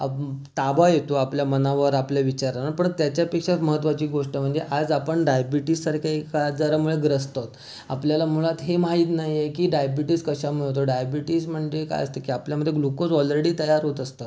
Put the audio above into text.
आप ताबा येतो आपल्या मनावर आपल्या विचारांवर पण त्याच्यापेक्षा महत्वाची गोष्ट म्हणजे आज आपण डायबिटीससारख्या एका आजारामुळे ग्रस्त आहोत आपल्याला मुळात हे माहीत नाही आहे की डायबिटीस कश्यामुळे होतो डायबिटीस म्हणजे काय असतं की आपल्यामध्ये ग्लुकोज ऑलरेडी तयार होत असतात